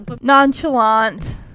nonchalant